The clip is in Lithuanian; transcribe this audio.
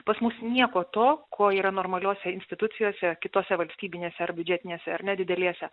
pas mus nieko to ko yra normaliose institucijose kitose valstybinėse ar biudžetinėse ar ne didelėse